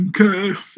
Okay